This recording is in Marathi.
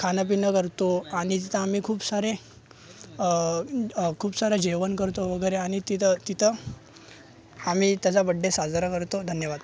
खाणंपिणं करतो आणि तिथं आम्ही खूप सारे खूप सारे जेवण करतो वगैरे आणि तिथं तिथं आम्ही त्याचा बड्डे साजरा करतो धन्यवाद